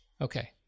Okay